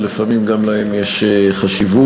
אבל לפעמים גם להם יש חשיבות.